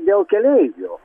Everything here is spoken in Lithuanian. dėl keleivių